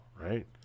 right